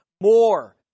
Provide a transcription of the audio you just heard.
more